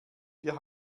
wir